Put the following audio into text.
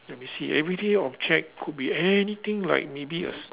let me see everyday object could be anything like maybe a s~